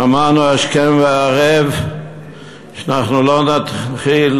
שמענו השכם והערב שאנחנו לא נתחיל,